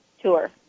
tour